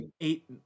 eight